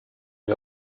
der